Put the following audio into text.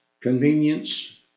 convenience